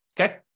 okay